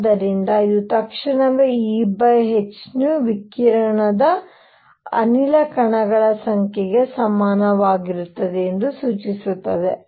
ಆದ್ದರಿಂದ ಇದು ತಕ್ಷಣವೇ Ehνವಿಕಿರಣ ಅನಿಲ ಕಣಗಳ ಸಂಖ್ಯೆಗೆ ಸಮಾನವಾಗಿರುತ್ತದೆ ಎಂದು ಸೂಚಿಸುತ್ತದೆ